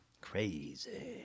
crazy